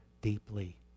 deeply